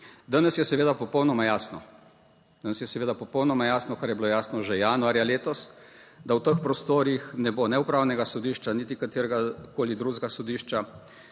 danes je seveda popolnoma jasno, kar je bilo jasno že januarja letos, da v teh prostorih ne bo ne upravnega sodišča niti kateregakoli drugega sodišča.